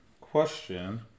question